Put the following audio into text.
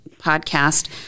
podcast